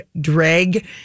Drag